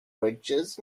bridges